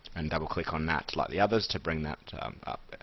and double click on that like the others to bring that up.